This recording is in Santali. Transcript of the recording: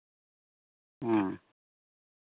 ᱦᱮᱸ